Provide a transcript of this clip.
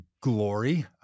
glory